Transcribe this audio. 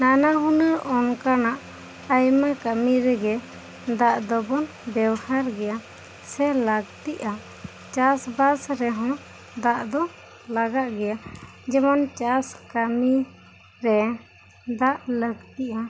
ᱱᱟᱱᱟ ᱦᱩᱱᱟᱹᱨ ᱚᱱᱠᱟᱱᱟᱜ ᱟᱭᱢᱟ ᱠᱟᱹᱢᱤ ᱨᱮ ᱜᱮ ᱫᱟᱜ ᱫᱚ ᱵᱚᱱ ᱵᱮᱣᱦᱟᱨ ᱜᱤᱭᱟᱹ ᱥᱮ ᱞᱟᱹᱠᱛᱤᱜᱼᱟ ᱪᱟᱥ ᱵᱟᱥ ᱨᱮ ᱦᱚᱸ ᱫᱟᱜ ᱫᱚ ᱞᱟᱜᱟᱜ ᱜᱤᱭᱟ ᱡᱮᱢᱚᱱ ᱪᱟᱥ ᱠᱟᱹᱢᱤ ᱨᱮ ᱫᱟᱜ ᱫᱚ ᱞᱟᱹᱠᱛᱤᱜᱼᱟ